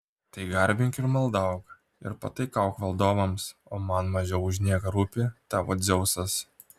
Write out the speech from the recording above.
tai garbink ir maldauk ir pataikauk valdovams o man mažiau už nieką rūpi tavo dzeusas